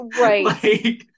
Right